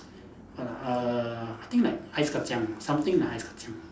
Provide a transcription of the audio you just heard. what ah err I think like ice kacang something like ice kacang